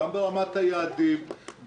גם ברמת היעדים,